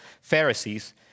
Pharisees